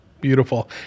beautiful